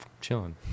chilling